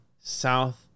south